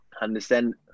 understand